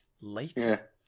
Later